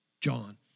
John